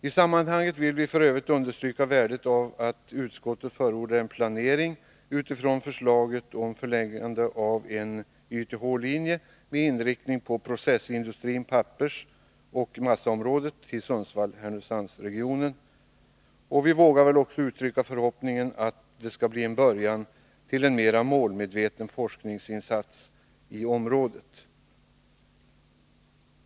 I sammanhanget vill vi f. ö. understryka värdet i att utskottet förordar en planering utifrån förslaget om förläggande av en YTH-linje med inriktning mot processindustrin/pappersoch massaområdet till Sundsvall-Härnösandregionen. Vi vågar också uttrycka förhoppningen att det skall bli början till en mer målmedveten forskningsinsats i området.